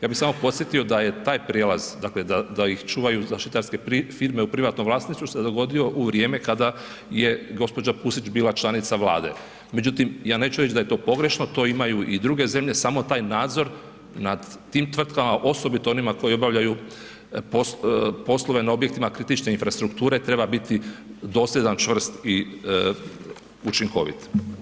Ja bih samo podsjetio da je taj prijelaz, dakle da ih čuvaju zaštitarske firme u privatnom vlasništvu se dogodio u vrijeme kada je gđa. Pusić bila članica Vlade, međutim, ja neću reći da je to pogrešno, to imaju i druge zemlje, samo taj nadzor nad tim tvrtkama, osobito onima koje obavljaju poslove na objektima kritične infrastrukture treba biti dosljedan, čvrst i učinkovit.